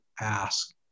ask